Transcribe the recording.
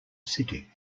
city